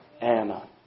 Anna